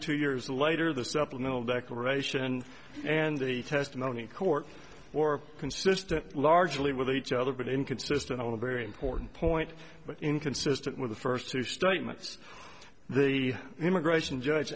two years later the supplemental declaration and the testimony in court or consistent largely with each other been inconsistent on a very important point inconsistent with the first two statements the immigration judge